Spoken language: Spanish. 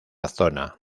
zona